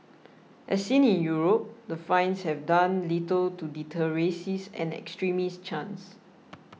as seen in Europe the fines have done little to deter racist and extremist chants